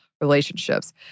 relationships